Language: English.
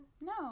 No